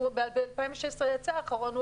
2016 יצא האחרון.